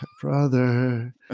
Brother